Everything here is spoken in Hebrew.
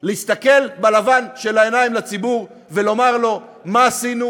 להסתכל בלבן של העיניים לציבור ולומר לו מה עשינו,